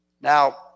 Now